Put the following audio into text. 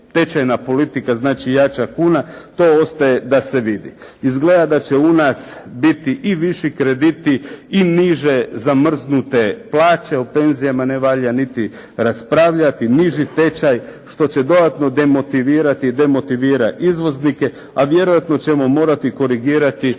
tečajna politika, znači jača kuna, to ostaje da se vidi. Izgleda da će u nas biti i viši krediti i niže zamrznute plaće, o penzijama ne valja niti raspravljati, niži tečaj što će dodatno demotivirati, demotivira izvoznike, a vjerojatno ćemo morati korigirati